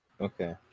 Okay